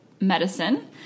Medicine